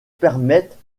permettent